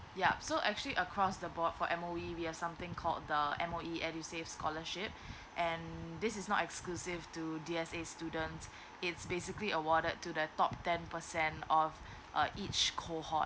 yup so actually across the board for M_O_E we have something called the M_O_E edusave scholarship and this is not exclusive to the D_S_A student it's basically awarded to the top ten percent of a each cohort